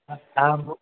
હા